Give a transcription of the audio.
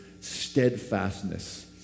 steadfastness